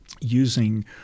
using –